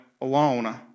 alone